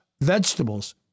vegetables